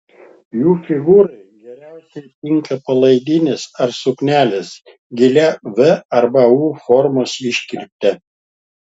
jų figūrai geriausiai tinka palaidinės ar suknelės gilia v arba u formos iškirpte